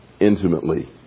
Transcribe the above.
intimately